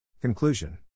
Conclusion